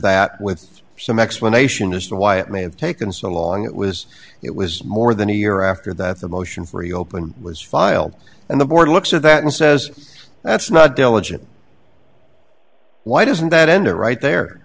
that with some explanation as to why it may have taken so long it was it was more than a year after that the motion for the open was filed and the board looks at that and says that's not diligent why doesn't that end it right there